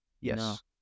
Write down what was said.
Yes